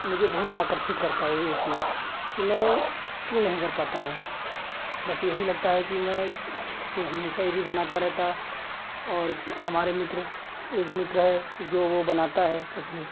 मुझे बहुत आकर्षित करती है वह चीज़ कि मैं क्यों नहीं कर पाता हूँ बस यही लगता है कि मैं कि हम हिसाब ही बनाता रहा और हमारे मित्र एक मित्र है जो वह बनाता है तस्वीर